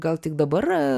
gal tik dabar